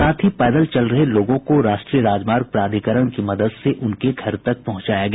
साथ पैदल चल रहे लोगों को राष्ट्रीय राजमार्ग प्राधिकरण की मदद से उनके घर तक पहुंचाया गया